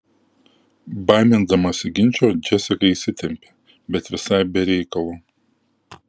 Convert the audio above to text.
baimindamasi ginčo džesika įsitempė bet visai be reikalo